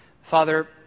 Father